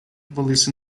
volas